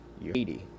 80